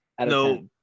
No